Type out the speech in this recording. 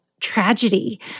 tragedy